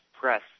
press